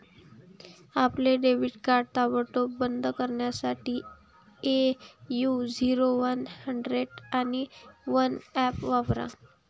आपले debit card ताबडतोब बंद करण्यासाठी ए.यू झिरो वन हंड्रेड आणि वन ऍप वापरा